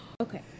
Okay